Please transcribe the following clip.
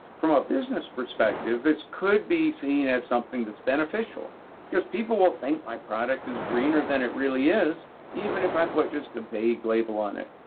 from a business perspective, this could be seen as something that's beneficial because people will think my product is greener that it really is even if i put just a vague label on it,